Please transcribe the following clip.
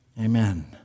Amen